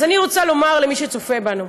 אז אני רוצה לומר למי שצופה בנו: